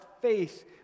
faith